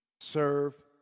serve